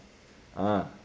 ah